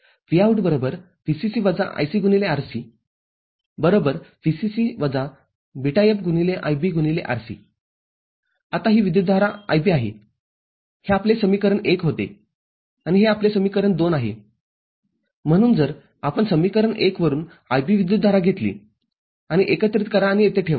Vout VCC ICRC VCC βFIBRC आता ही विद्युतधारा IB आहे हे आपले समीकरण १ होते आणि हे आपले समीकरण २ आहेम्हणून जर आपण समीकरण १ वरून IB विद्युतधारा घेतली आणि एकत्रित करा आणि येथे ठेवा